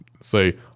say